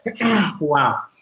wow